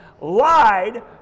lied